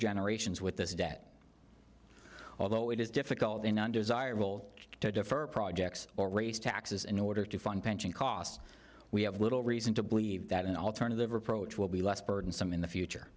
generations with this debt although it is difficult and not desirable to defer projects or raise taxes in order to fund pension costs we have little reason to believe that an alternative approach will be less burdensome in the future